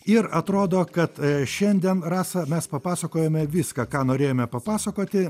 ir atrodo kad šiandien rasa mes papasakojome viską ką norėjome papasakoti